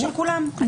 אני